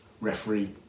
Referee